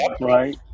Right